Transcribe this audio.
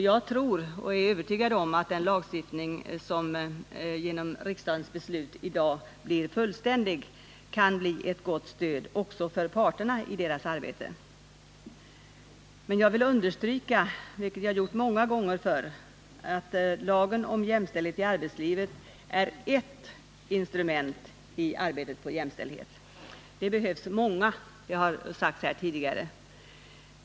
Jag är övertygad om att den lagstiftning som genom riksdagens beslut i dag blir fullständig kan bli ett gott stöd också för parterna i deras arbete. Jag vill emellertid understryka, vilket jag har gjort många gånger förr, att lagen om jämställdhet i arbetslivet är bara ett instrument i arbetet på jämställdhet. Det behövs många, vilket har sagts här tidigare.